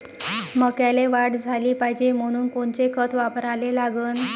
मक्याले वाढ झाली पाहिजे म्हनून कोनचे खतं वापराले लागन?